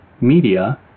media